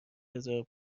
هزار